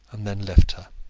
and then left her.